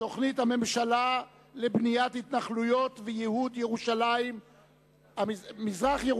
תוכנית הממשלה לבניית התנחלויות וייהוד ירושלים המזרחית.